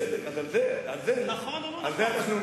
בסדר, נכון או לא נכון?